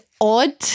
odd